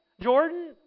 Jordan